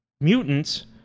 mutants